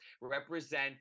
represent